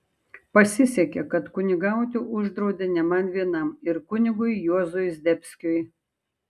pasisekė kad kunigauti uždraudė ne man vienam ir kunigui juozui zdebskiui